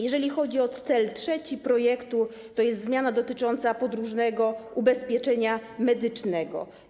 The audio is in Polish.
Jeżeli chodzi o cel trzeci projektu, to jest nim zmiana dotycząca podróżnego ubezpieczenia medycznego.